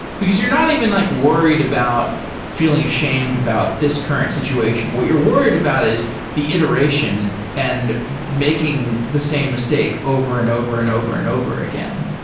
because you're not even like worried about feeling ashamed about this current situation. what you're worried about is the iteration and making the same mistake over and over and over and over again.